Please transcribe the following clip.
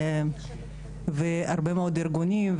הרבה מאוד ארגונים,